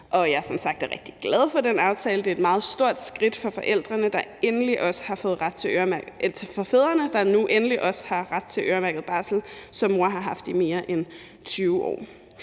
sagt rigtig glad for den aftale. Det er et meget stort skridt for fædrene, der nu endelig også har ret til øremærket barsel, som mor har haft i mere end 20 år.